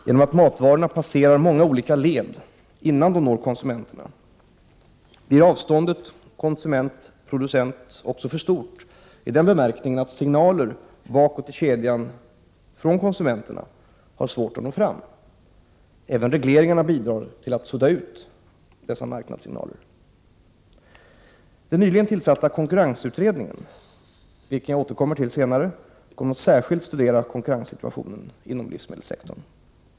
Genom att matvarorna passerar många olika led innan de når konsumenterna blir avståndet konsument-producent också för stort i den bemärkelsen att signaler bakåt i kedjan från konsumenterna har svårt att nå fram. Även regleringarna bidrar till att sudda ut dessa marknadssignaler. Den nyligen tillsatta konkurrensutredningen, vilken jag återkommer till senare, kommer att särskilt studera konkurrenssituationen inom livsmedelssektorn.